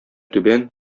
түбән